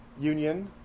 union